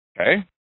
Okay